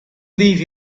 leave